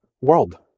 world